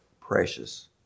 precious